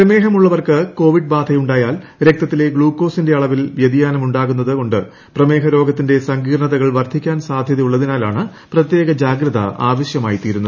പ്രമേഹമുള്ളവർക്ക് Covid ബാധയുണ്ടായാൽ രക്തത്തിലെ ഗ്ലൂക്കോസിന്റെ അളവിൽ വൃതിയാനമുണ്ടാകുന്നതു കൊണ്ട് പ്രമേഹ രോഗത്തിന്റെ സങ്കീർണതകൾ വർദ്ധിക്കാൻ സാധ്യതയുള്ളതിനാലാണ് പ്രത്യേക ജാഗ്രത ആവശ്യമായിത്തീരുന്നത്